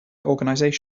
organization